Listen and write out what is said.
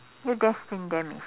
your destined demise